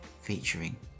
featuring